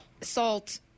salt